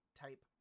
type